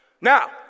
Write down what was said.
Now